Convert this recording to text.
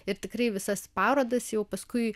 ir tikrai visas parodas jau paskui